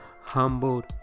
Humbled